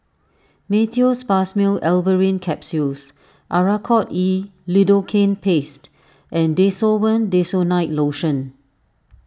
Meteospasmyl Alverine Capsules Oracort E Lidocaine Paste and Desowen Desonide Lotion